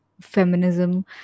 feminism